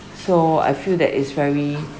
so I feel that is very